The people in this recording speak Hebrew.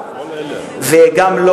אנחנו